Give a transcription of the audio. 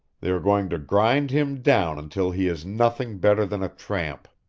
they are going to grind him down until he is nothing better than a tramp.